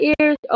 ears